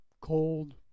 cold